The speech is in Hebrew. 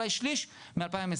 אולי שליש מ-2020.